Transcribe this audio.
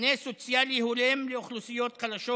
מענה סוציאלי הולם לאוכלוסיות חלשות,